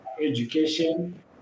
education